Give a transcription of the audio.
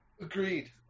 Agreed